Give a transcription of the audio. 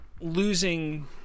losing